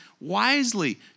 wisely